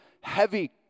heavy